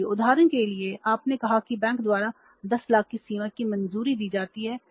इसलिए उदाहरण के लिए आपने कहा है कि बैंक द्वारा 10 लाख की सीमा को मंजूरी दी जाती है